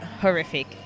horrific